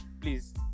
please